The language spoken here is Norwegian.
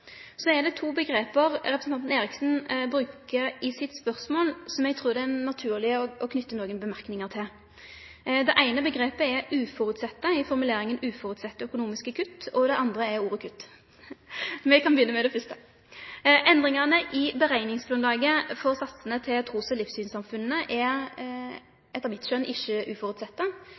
Så er det to omgrep representanten Eriksen brukar i sitt spørsmål, som eg trur det er naturleg å knyte nokre merknader til. Det eine omgrepet er «uforutsette» i formuleringa «uforutsette økonomiske kutt», og det andre er ordet «kutt». Me kan begynne med det første. Endringane i berekningsgrunnlaget for satsane til trus- og livssynssamfunna er etter mitt skjønn ikkje